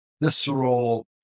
visceral